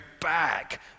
back